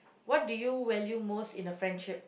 what do you value most in a friendship